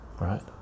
Right